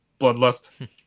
bloodlust